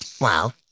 Wow